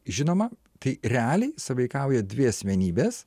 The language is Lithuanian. žinoma tai realiai sąveikauja dvi asmenybės